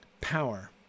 power